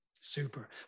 Super